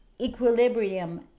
equilibrium